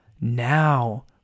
now